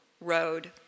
road